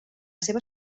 seva